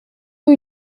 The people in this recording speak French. rue